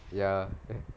ya